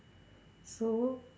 so